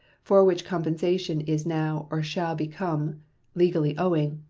for which compensation is now or shall become legally owing,